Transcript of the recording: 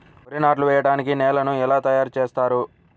వరి నాట్లు వేయటానికి నేలను ఎలా తయారు చేస్తారు?